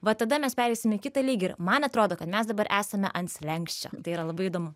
va tada mes pereisim į kitą lygį ir man atrodo kad mes dabar esame ant slenksčio tai yra labai įdomu